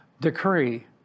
decree